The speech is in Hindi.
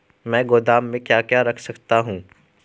मैं गोदाम में क्या क्या रख सकता हूँ?